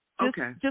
Okay